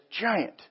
giant